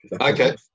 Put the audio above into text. Okay